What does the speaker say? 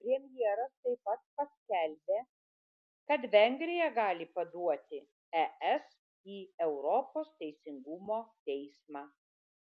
premjeras taip pat paskelbė kad vengrija gali paduoti es į europos teisingumo teismą